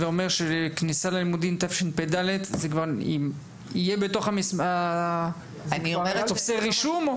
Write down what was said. הווה אומר שבכניסה ללימודים בתשפ"ד זה כבר יהיה בתוך טופסי הרישום?